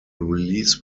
release